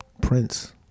Prince